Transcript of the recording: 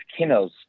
kinos